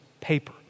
paper